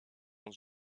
dans